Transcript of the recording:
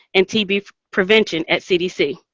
and tb prevention at cdc.